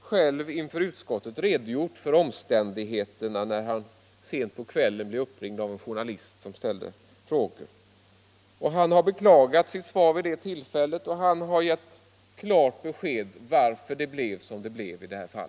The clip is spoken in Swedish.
själv inför utskottet redogjort för omständigheterna när han sent på kvällen blev uppringd av en journalist som ställde frågor. Han har beklagat sitt svar vid det tillfället, och han har givit klart besked varför det blev som det blev här.